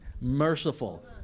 merciful